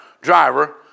driver